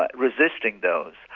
but resisting those.